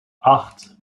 acht